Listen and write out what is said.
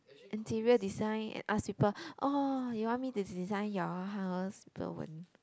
interior design and ask people oh you want me to design your house people won't